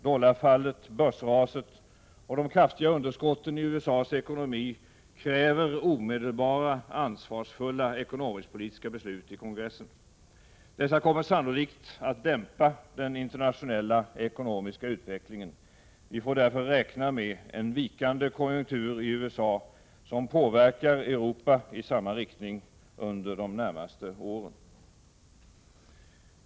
Dollarfallet, börsraset och de kraftiga underskotten i USA:s ekonomi kräver omedelbara ansvarsfulla ekonomisk-politiska beslut i kongressen. Dessa kommer sannolikt att dämpa den internationella ekonomiska utvecklingen. Vi får därför räkna med en vikande konjunktur i USA, som påverkar Europa i samma riktning under de närmaste åren.